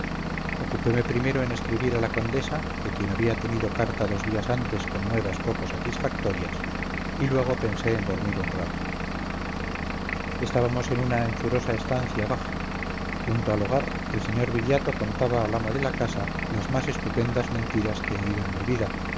ocupeme primero en escribir a la condesa de quien había tenido carta dos días antes con nuevas poco satisfactorias y luego pensé en dormir un rato estábamos en una anchurosa estancia baja junto al hogar el sr viriato contaba al amo de la casa las más estupendas mentiras que he oído en mi vida